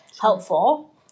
helpful